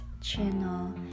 channel